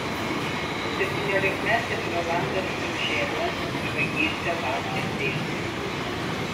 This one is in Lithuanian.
septyniolikmetis rolandas stunžėnas už vagystę laukia teismo